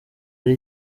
ari